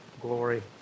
glory